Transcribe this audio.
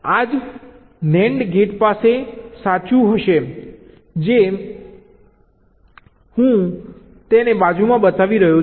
આ જ NAND gate માટે સાચું હશે જે હું તેને બાજુમાં બતાવી રહ્યો છું